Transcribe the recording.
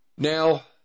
Now